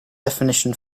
definition